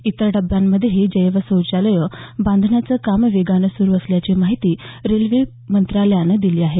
इतर डब्यांमध्येही जैव शौचालयं बांधण्याचं काम वेगानं सुरू असल्याची माहिती रेल्वे मंत्रालयाने दिली आहे